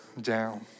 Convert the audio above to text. down